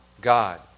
God